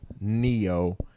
neo